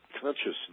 consciousness